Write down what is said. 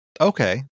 Okay